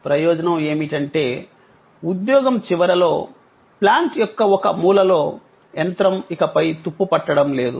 ప్రయోజనం ఏమిటంటే ఉద్యోగం చివరలో ప్లాంట్ యొక్క ఒక మూలలో యంత్రం ఇకపై తుప్పు పట్టడం లేదు